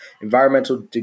environmental